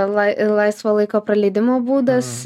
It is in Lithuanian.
lai laisvo laiko praleidimo būdas